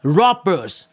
robbers